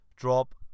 Drop